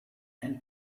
and